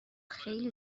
خیلی